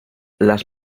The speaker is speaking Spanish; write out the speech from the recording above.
las